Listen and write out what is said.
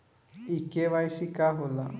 इ के.वाइ.सी का हो ला?